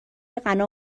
غنا